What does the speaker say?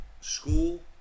school